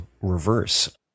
reverse